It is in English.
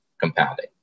compounding